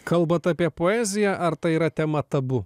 kalbat apie poeziją ar tai yra tema tabu